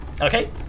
okay